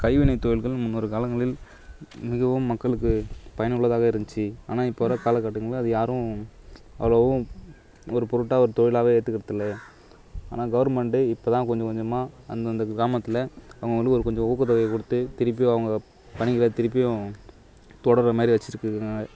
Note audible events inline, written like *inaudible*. கைவினை தொழில்கள் முன்னொரு காலங்களில் மிகவும் மக்களுக்கு பயனுள்ளதாக இருந்துச்சி ஆனால் இப்போ வர காலக்கட்டங்களில் அது யாரும் அவ்வளோவும் ஒரு பொருட்டாக ஒரு தொழிலாகவே ஏற்றுக்கிறத்தில்லை ஆனால் கவுர்மெண்டு இப்போ தான் கொஞ்சம் கொஞ்சமாக அந்தந்த கிராமத்தில் அவங்கவுங்களுக்கு ஒரு கொஞ்சம் ஊக்க தொகையை கொடுத்து திருப்பி அவங்க பணிகளை திருப்பியும் தொடர்ற மாரி வச்சிருக்கு *unintelligible*